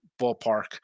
ballpark